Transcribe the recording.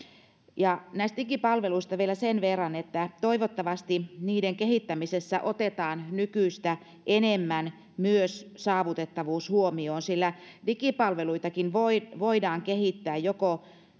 lausumaan näistä digipalveluista vielä sen verran että toivottavasti niiden kehittämisessä otetaan nykyistä enemmän myös saavutettavuus huomioon sillä digipalveluitakin voidaan kehittää joko